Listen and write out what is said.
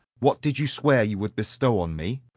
what did you swear you would bestow on me?